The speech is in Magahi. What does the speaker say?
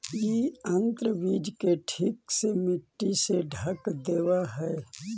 इ यन्त्र बीज के ठीक से मट्टी से ढँक देवऽ हई